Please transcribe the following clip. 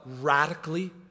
radically